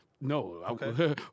No